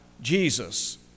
Jesus